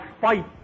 fight